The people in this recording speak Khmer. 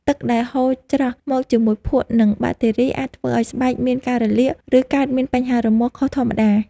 ទឹកដែលហូរច្រោះមកជាមួយភក់ និងបាក់តេរីអាចធ្វើឱ្យស្បែកមានការរលាក ឬកើតមានបញ្ហារមាស់ខុសធម្មតា។